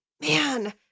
man